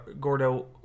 Gordo